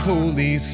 Holy